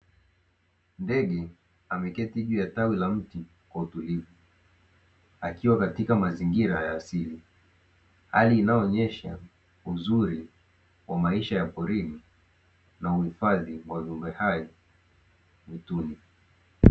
Ndege ameketi juu ya tawi la mti kwa utulivu, akiwa katika mazingira ya asili, hali inayoonyesha uzuri wa maisha ya porini na uhifadhi wa viumbe hai mwituni.